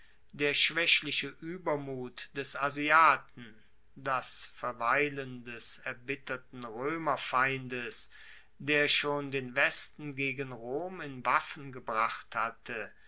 der schwaechliche uebermut des asiaten das verweilen des erbitterten roemerfeindes der schon den westen gegen rom in waffen gebracht hatte